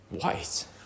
White